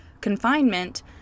confinement